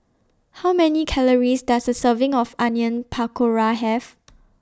How Many Calories Does A Serving of Onion Pakora Have